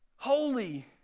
holy